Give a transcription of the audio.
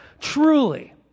truly